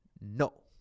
No